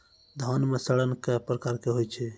धान म सड़ना कै प्रकार के होय छै?